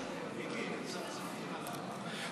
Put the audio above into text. מיקי, מצפצפים עליו.